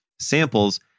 samples